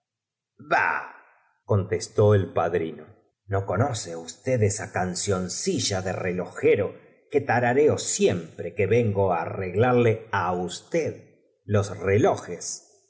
contestó el padrino no conoc e es verdad usted esa cancioncilla de relojero que ta siempre que vengo á arregl arle á usted los relojes